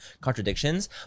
contradictions